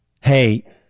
Hey